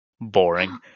boring